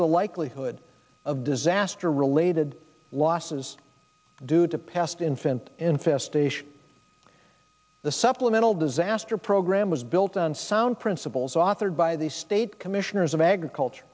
the likelihood of disaster related losses due to past infant infestation the supplemental disaster program was built on sound principles authored by the state commissioners of agriculture